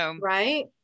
Right